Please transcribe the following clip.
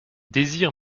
désir